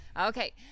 Okay